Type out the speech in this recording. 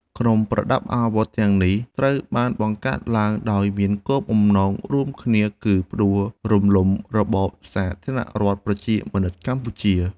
ក្រុមប្រដាប់អាវុធទាំងនេះ ត្រូវបានបង្កើតឡើងដោយមានគោលបំណងរួមគ្នាគឺផ្ដួលរំលំរបបសាធារណរដ្ឋប្រជាមានិតកម្ពុជា។